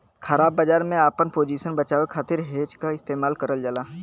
ख़राब बाजार में आपन पोजीशन बचावे खातिर हेज क इस्तेमाल करल जाला